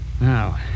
Now